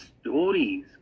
stories